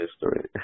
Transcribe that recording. history